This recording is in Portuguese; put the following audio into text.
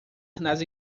nas